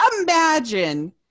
imagine